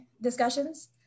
discussions